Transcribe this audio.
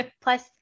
plus